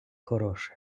хороше